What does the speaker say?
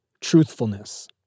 truthfulness